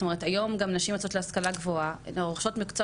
זאת אומרת היום גם נשים יוצאות להשכלה גבוהה ורוכשות מקצוע